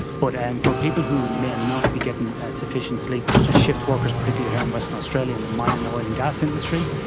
but um for people who may not be getting sufficient sleep, such as shift workers, particularly here in western australia in the mining, oil and gas industry,